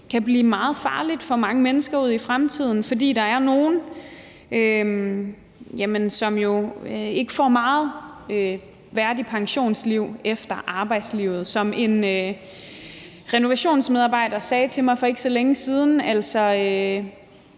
kan blive meget farligt for mange mennesker ude i fremtiden, fordi der er nogle, som jo ikke får et særlig værdigt pensionsliv efter arbejdslivet. Som en renovationsmedarbejder sagde til mig for ikke så længe siden: